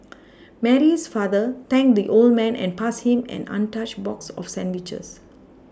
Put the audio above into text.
Mary's father thanked the old man and passed him an untouched box of sandwiches